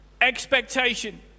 Expectation